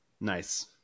Nice